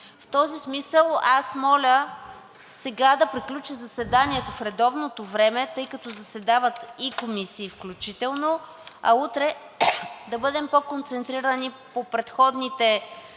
В този смисъл аз моля сега да приключи заседанието в редовното време, тъй като заседават и комисии, включително, а утре да бъдем по-концентрирани по предходните четири